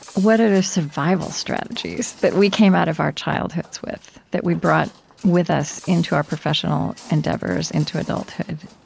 what are the survival strategies that we came out of our childhoods with that we brought with us into our professional endeavors, into adulthood?